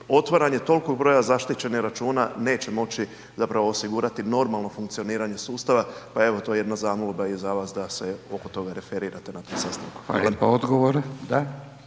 Otvaranje tolikog broja zaštićenih računa neće moći osigurati normalno funkcioniranje sustava, pa evo to je jedna zamolba i za vas da se oko toga referirate na tom sastanku. Hvala.